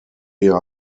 eher